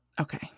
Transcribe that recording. okay